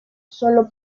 sólo